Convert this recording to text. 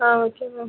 ah okay ma'am